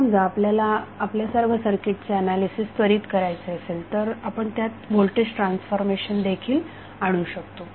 समजा आपल्याला आपल्या सर्व सर्किटचे ऍनालिसिस त्वरित करायचे असेल तर आपण त्यात व्होल्टेज ट्रान्सफॉर्मेशन देखील आणू शकतो